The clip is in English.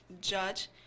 judge